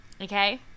okay